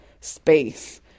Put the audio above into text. space